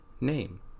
name